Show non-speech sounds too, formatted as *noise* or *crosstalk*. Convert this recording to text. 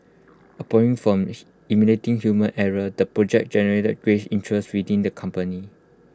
*unintelligible* from *unintelligible* eliminating human error the project generated great interest within the company